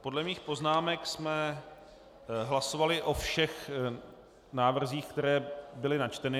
Podle mých poznámek jsme hlasovali o všech návrzích, které byly načteny.